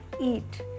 eat